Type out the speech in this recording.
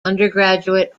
undergraduate